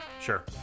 Sure